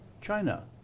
China